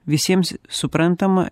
visiems suprantama